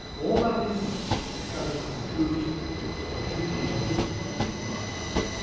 all that information they gathered from clues that were totally invisible to my eye.